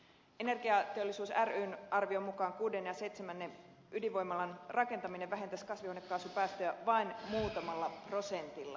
energiateollisuus ryn arvion mukaan kuudennen ja seitsemännen ydinvoimalan rakentaminen vähentäisi kasvihuonekaasupäästöjä vain muutamalla prosentilla